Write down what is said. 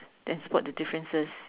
then spot the differences